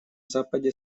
западе